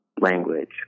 language